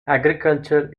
agriculture